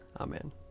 Amen